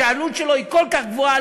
שהעלות שלו היא כל כך גבוהה,